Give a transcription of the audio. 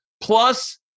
plus